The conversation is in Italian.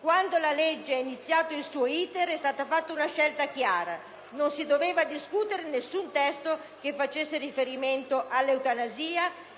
Quando la legge ha iniziato il suo *iter* è stata fatta una scelta chiara: non si doveva discutere nessun testo che facesse riferimento all'eutanasia.